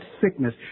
sickness